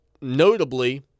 notably